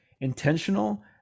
intentional